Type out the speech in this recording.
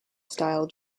style